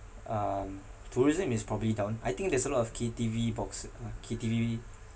um tourism is probably down I think there's a lot of K_T_V box uh K_T_V